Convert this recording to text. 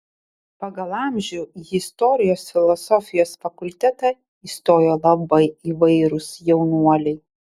pagal amžių į istorijos filosofijos fakultetą įstojo labai įvairūs jaunuoliai